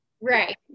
right